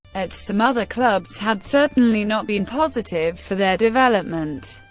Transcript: at some other clubs had certainly not been positive for their development.